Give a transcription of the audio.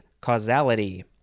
causality